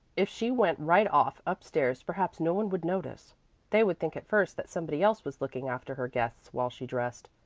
if she went right off up-stairs perhaps no one would notice they would think at first that somebody else was looking after her guests while she dressed,